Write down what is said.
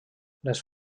les